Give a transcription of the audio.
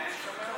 כן.